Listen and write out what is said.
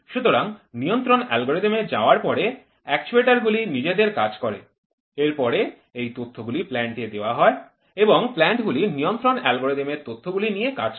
সুতরাং নিয়ন্ত্রণ অ্যালগরিদম এ যাওয়ার পরে একচুয়াটর গুলি নিজেদের কাজ করে এরপরে এই তথ্যগুলি প্ল্যান্ট এ দেওয়া হয় এবং প্ল্যান্ট গুলি নিয়ন্ত্রণ অ্যালগরিদম এর তথ্যগুলি নিয়ে কাজ করে